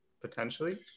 potentially